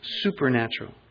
supernatural